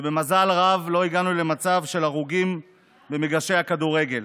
ובמזל רב לא הגענו למצב של הרוגים במגרשי הכדורגל.